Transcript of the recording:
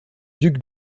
duc